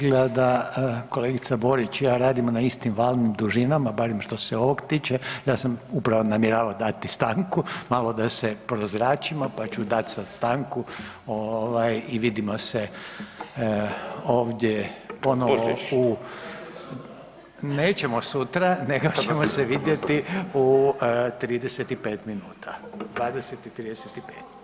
Izgleda kolegica Borić i ja radimo na istim valnim dužinama, barem što se ovog tiče, ja sam upravo namjeravaO dati stanku malo da se prozračimo pa ću dat sada stanku i vidimo se ovdje ponovo u … [[Upadica se ne razumije.]] nećemo sutra nego ćemo se vidjeti u 35 minuta, 20 i 35.